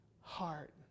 heart